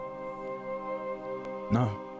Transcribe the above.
No